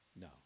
No